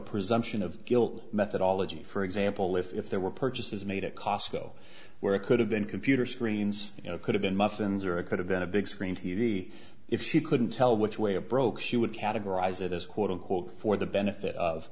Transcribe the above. presumption of guilt methodology for example if there were purchases made at costco where it could have been computer screens you know could have been muffins or it could have been a big screen t v if she couldn't tell which way a broke she would categorize it as quote unquote for the benefit of